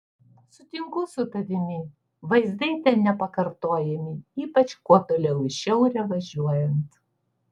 sutinku su tavimi vaizdai ten nepakartojami ypač kuo toliau į šiaurę važiuojant